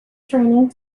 training